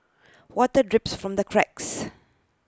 water drips from the cracks